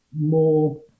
more